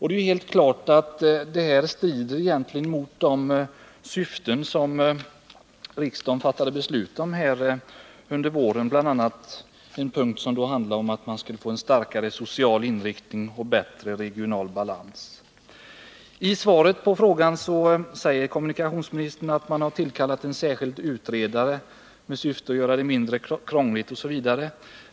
Det är helt klart att detta strider mot de syften som riksdagen fattade beslut om under våren, bl.a. den punkt som handlar om att det skall bli starkare social inriktning och bättre regional balans. I svaret på frågan säger kommunikationsministern att man har tillkallat en särskild utredare med uppdrag att göra det mindre krångligt m.m.